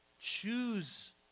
Choose